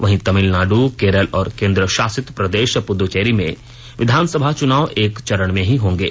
वहीं तमिलनाड केरल और केंद्रशासित प्रदेश पुडुचेरी में विधानसभा चुनाव एक चरण में ही होंगे